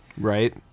Right